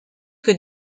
que